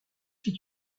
fit